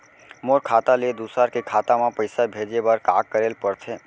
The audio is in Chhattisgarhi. मोर खाता ले दूसर के खाता म पइसा भेजे बर का करेल पढ़थे?